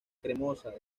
cremosa